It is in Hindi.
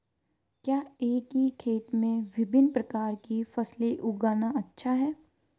क्या एक ही खेत में विभिन्न प्रकार की फसलें उगाना अच्छा है?